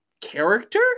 character